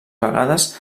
vegades